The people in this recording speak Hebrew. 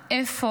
איפה?